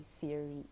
theory